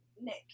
Nick